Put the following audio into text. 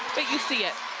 but you see it.